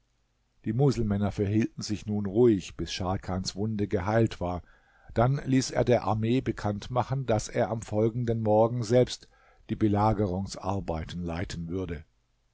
die muselmänner verhielten sich nun ruhig bis scharkans wunde geheilt war dann ließ er der armee bekannt machen daß er am folgenden morgen selbst die belagerungsarbeiten leiten würde